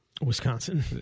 Wisconsin